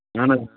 اَہن حظ آ